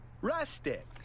Rustic